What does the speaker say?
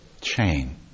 chain